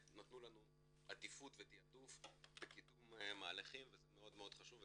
באמת נתנו לנו עדיפות ותיעדוף בקידום מהלכים וזה מאוד חשוב,